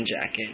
jacket